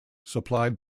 supplied